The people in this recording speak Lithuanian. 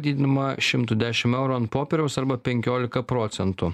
didinama šimtu dešim eurų ant popieriaus arba penkiolika procentų